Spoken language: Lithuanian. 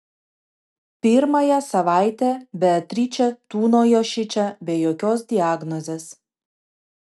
pirmąją savaitę beatričė tūnojo šičia be jokios diagnozės